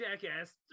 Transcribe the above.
jackass